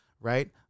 right